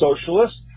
socialists